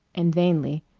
and vainly.